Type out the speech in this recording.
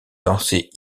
dansait